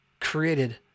created